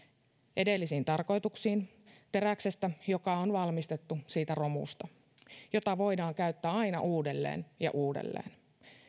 edellisiin tarkoituksiin teräksestä joka on valmistettu siitä romusta jota voidaan käyttää aina uudelleen ja uudelleen